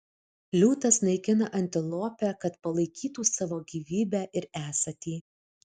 liūtas naikina antilopę kad palaikytų savo gyvybę ir esatį